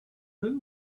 who